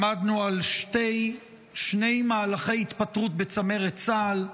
למדנו על שני מהלכי התפטרות בצמרת צה"ל: